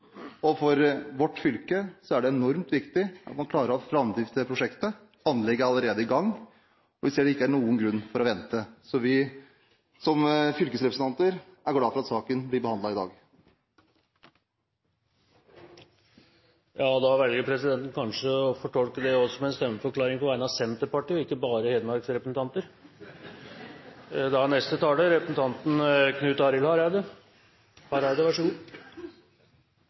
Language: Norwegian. For vårt fylke er det enormt viktig at man klarer å ha framdrift i dette prosjektet. Anlegg er allerede i gang, og vi ser ingen grunn til å vente. Som fylkets representanter er vi glad for at saken blir behandlet i dag. Da velger presidenten kanskje å fortolke dette som en stemmeforklaring på vegne av Senterpartiet, ikke bare Hedmarks representanter! Det er